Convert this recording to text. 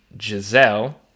Giselle